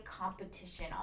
competition